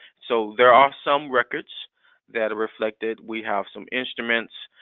so there are some records that are reflected. we have some instruments.